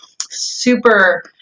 super